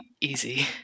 easy